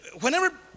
whenever